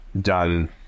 done